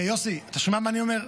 יוסי, אתה שומע מה אני אומר?